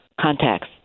contacts